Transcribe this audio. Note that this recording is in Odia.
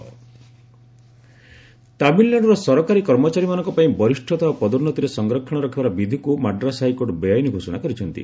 ମାଡ୍ରାସ ହାଇକୋର୍ଟ ତାମିଲନାଡୁର ସରକାରୀ କର୍ମଚାରୀ ମାନଙ୍କ ପାଇଁ ବରିଷ୍ଠତା ଓ ପଦୋନ୍ନତିରେ ସଂରକ୍ଷଣ ରଖିବାର ବିଧିକୁ ମାଡ୍ରାସ ହାଇକୋର୍ଟ ବେଆଇନ ଘୋଷଣା କରିଛନ୍ତି